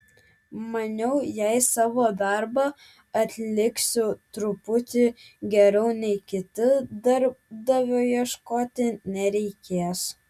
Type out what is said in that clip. maniau jei savo darbą atliksiu truputį geriau nei kiti darbdavio ieškoti nereikės